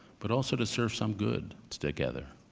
but also to serve some good together.